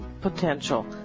potential